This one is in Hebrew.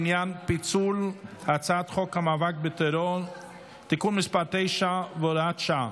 בעניין פיצול הצעת חוק המאבק בטרור (תיקון מס' 9 והוראת שעה)